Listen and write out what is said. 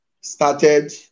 started